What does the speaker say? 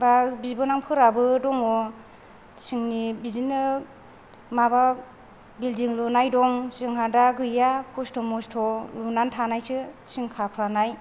बा बिबोनांफोराबो दङ थिंनि बिदिनो माबा बिल्डिं लुनाय दं जोंहा दा गैया खस्थ' मस्थ' लुनानै थानायसो थिं खाफ्रानाय